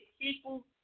people